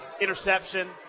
interception